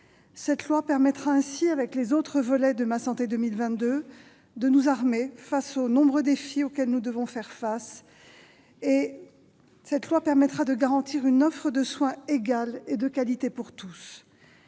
Cette loi permettra ainsi, avec les autres volets de « Ma santé 2022 », de nous armer face aux nombreux défis auxquels nous devons faire face, et de garantir une offre de soins égale et de qualité pour tous.